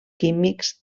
químics